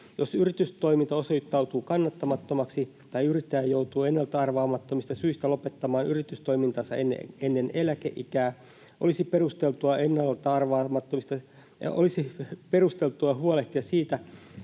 Jos yritystoiminta osoittautuu kannattamattomaksi tai yrittäjä joutuu ennalta-arvaamattomista syistä lopettamaan yritystoimintansa ennen eläkeikää, olisi perusteltua huolehtia siitä,